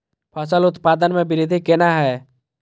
फसल उत्पादन में वृद्धि केना हैं?